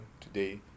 today